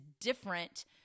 different